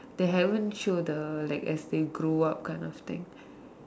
they haven't show the like as they grow up kind of thing